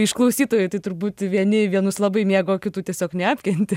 iš klausytojų tai turbūt vieni vienus labai mėgo kitų tiesiog neapkentė